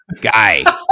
guy